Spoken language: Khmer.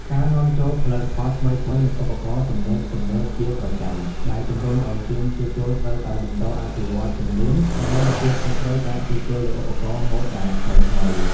ការនាំចូលផលិតផលថ្មីៗ និងឧបករណ៍ទំនើបៗជាប្រចាំ ដែលជម្រុញអោយជាងជួសជុលត្រូវតែបន្តអភិវឌ្ឍជំនាញ ដើម្បីទទួលខុសត្រូវការជួសជុលលើឧបករណ៍ម៉ូតដែលថ្មីៗ។